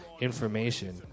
information